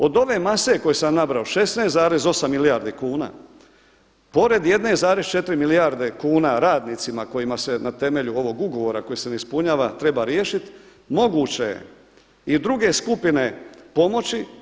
Od ove mase koju sam nabrojao 16,8 milijardi kuna pored 1,4 milijarde kuna radnicima kojima se na temelju ovog ugovora koji se ne ispunjava treba riješiti moguće je i druge skupine pomoći.